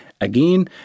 Again